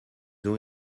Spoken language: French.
ont